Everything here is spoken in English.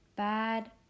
bad